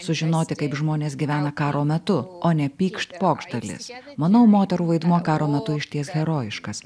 sužinoti kaip žmonės gyvena karo metu o ne pykšt pokšt dalis manau moterų vaidmuo karo metu išties herojiškas